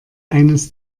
eines